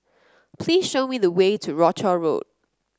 please show me the way to Rochor Road